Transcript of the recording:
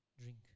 drink